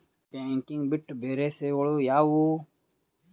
Banking ಬಿಟ್ಟು ಬೇರೆ ಸೇವೆಗಳು ಯಾವುವು?